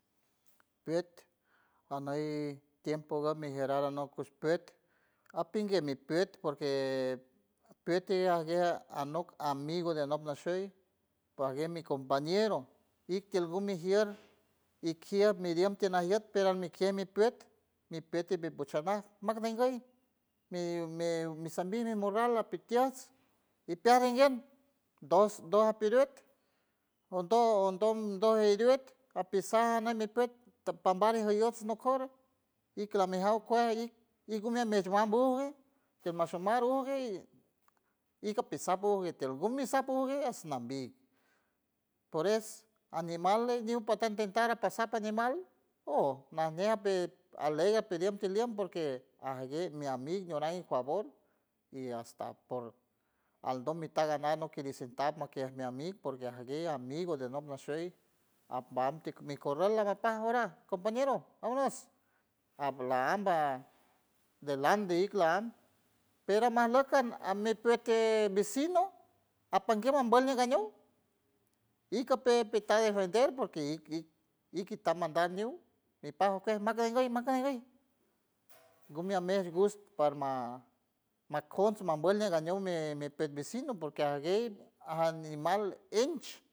Piet aney tiempo ga mi gerar anok cush peit apinguie mi piet porque pieti aguera anok amigo de anok nashey pague mi compañero y tield gumi jierd y kier mi diente nayet pero almi kier mi piet mi piet ti bebuchanars mag ningay mi me mi sandina morral apitiots y piar inguieys dos do apiruj ondo ondom do ajeriut apisa nan mi piet tapanbar ija yous no coroj y clame jaow cue airk y gumi amesh guam bush ej tial mashom maro u ey iga pesabu gutield gumi sapu gu je nambi por es animale niun patar inventara pasar animal oo najñe aper aley aperien te liend porque aguie mi amig joray favor y hasta por aldom mitar ganar anok loque risentar lokie mi amig porque aguier amigo de anok nashiey apbam tikimi corral agapaj hora compañero vámonos al la amba de land de il la am pera mas lok con am mi pitier vecino apanguer ambield nagañow y cape petear defender porque ik ikitar mandar ñiuw ni pan ucuej makanguey makanguey gumi amer gus parma makons mambuold magaño mi pet vecino porque aguey animal ench.